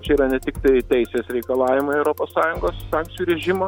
čia yra ne tiktai teisės reikalavimai europos sąjungos sankcijų režimo